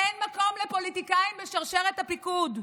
אין מקום לפוליטיקאים בשרשרת הפיקוד.